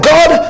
God